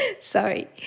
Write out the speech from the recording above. Sorry